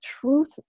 truth